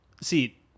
See